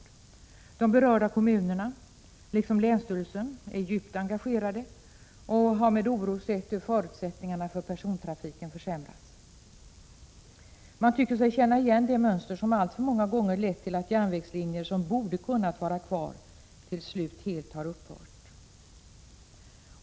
I de berörda kommunerna, liksom på länsstyrelsen, är man djupt engagerad och har med oro sett hur förutsättningarna för persontrafiken försämras. Man tycker sig känna igen det mönster som alltför många gånger lett till att järnvägslinjer som borde kunnat bibehållas till slut har lagts ned.